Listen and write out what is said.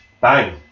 Bang